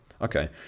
okay